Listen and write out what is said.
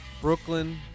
Brooklyn